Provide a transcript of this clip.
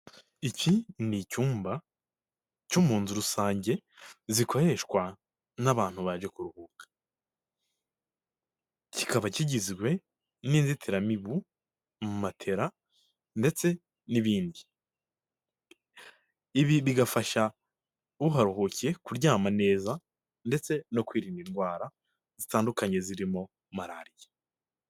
Iki ni icyumba cyo mu nzu rusange zikoreshwa n'abantu baje kuruhuka kibamo inzitiramibu, matela ndetse n'ibindi, ibi bigafasha uharuhukiye kuryama neza ndetse no kwirinda indwara zitandukanye zirimo malariya.